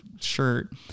shirt